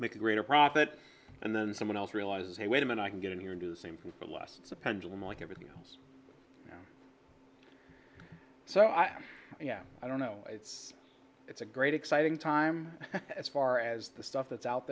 make a greater profit and then someone else realize hey wait a minute i can get in here and do the same thing but less the pendulum like everything else so i yeah i don't know it's it's a great exciting time as far as the stuff that's out